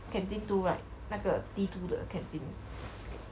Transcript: canteen two right 那个 T two 的 canteen